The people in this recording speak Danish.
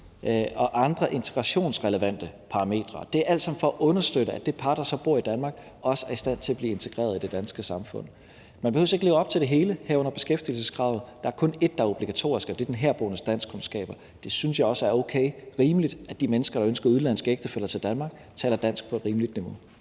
og andre integrationsrelevante parametre, og det er alt sammen for at understøtte, at det par, der så bor i Danmark, også er i stand til at blive integreret i det danske samfund. Man behøver ikke leve op til det hele, herunder beskæftigelseskravet. Der er kun ét krav, der er obligatorisk, og det er den herboendes danskkundskaber. Jeg synes også, det er okay og rimeligt, at de mennesker, der ønsker en udenlandsk ægtefælle til Danmark, taler dansk på et rimeligt niveau.